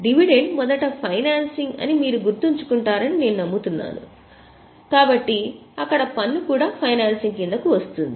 dividend మొదట financing అని మీరు గుర్తుంచుకుంటారని నేను నమ్ముతున్నాను కాబట్టి అక్కడ పన్ను కూడా ఫైనాన్సింగ్ కిందకు వస్తుంది